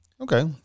Okay